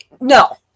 no